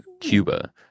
Cuba